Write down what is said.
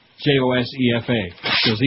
J-O-S-E-F-A